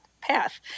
path